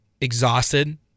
exhausted